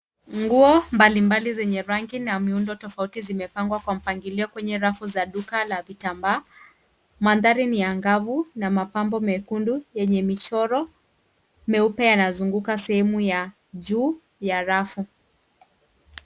Nguo mbalimbali zenye rangi na miundo tofauti zimepanga kwa mpangilio kwenye rafu la duka la vitambaa. Mandhari ni angavu na mapambo mekundu yenye michoro meupe yanazunguka sehemu ya juu ya rafu.